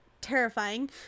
terrifying